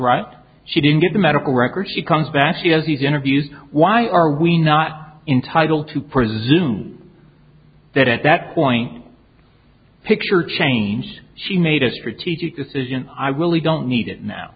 right she didn't get the medical records she comes back she has he's interviewed why are we not entitle to presume that at that point picture changed she made a strategic decision i will we don't need it now